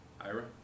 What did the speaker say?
Ira